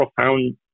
profound